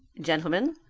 gentlemen,